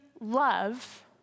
love